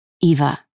Eva